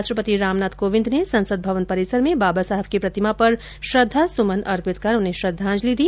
राष्ट्रपति रामनाथ कोविंद ने संसद भवन परिसर में बाबा साहेब की प्रतिमा पर श्रद्वासुमन अर्पित कर उन्हें श्रद्वांजलि दी